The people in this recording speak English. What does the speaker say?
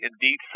indeed